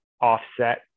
offset